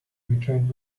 returned